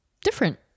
different